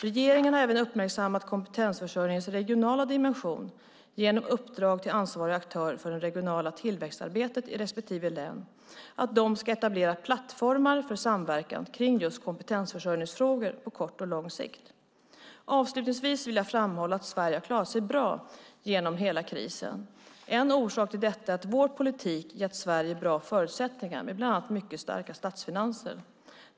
Regeringen har även uppmärksammat kompetensförsörjningens regionala dimension genom uppdrag till ansvarig aktör för det regionala tillväxtarbetet i respektive län att etablera plattformar för samverkan kring kompetensförsörjningsfrågor på kort och lång sikt. Avslutningsvis vill jag framhålla att Sverige har klarat sig bra genom krisen. En orsak till detta är att vår politik gett Sverige bra förutsättningar med bland annat mycket starka statsfinanser.